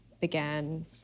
began